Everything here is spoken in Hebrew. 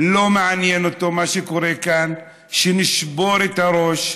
לא מעניין אותו מה שקורה כאן, שנשבור את הראש,